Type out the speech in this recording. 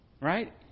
right